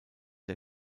der